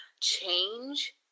Change